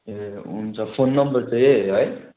ए हुन्छ phone number त यही हो है